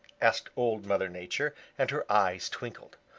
asked old mother nature, and her eyes twinkled.